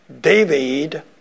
David